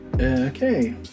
Okay